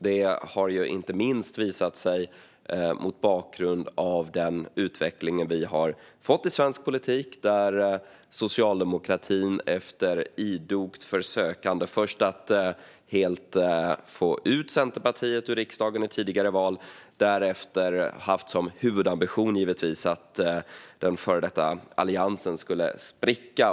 Det har ju inte minst visat sig mot bakgrund av den utveckling vi har fått i svensk politik, där socialdemokratin efter idoga försök att få ut Centerpartiet ur riksdagen vid tidigare val har haft som huvudambition att den tidigare Alliansen skulle spricka.